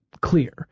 clear